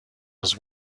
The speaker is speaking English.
his